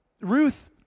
Ruth